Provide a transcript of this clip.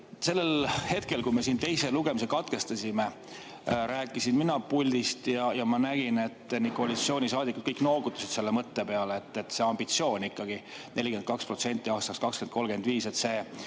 Sellel hetkel, kui me teise lugemise katkestasime, rääkisin mina puldist ja ma nägin, et koalitsioonisaadikud kõik noogutasid selle mõtte peale, et see ambitsioon, 42% aastaks 2035, tänases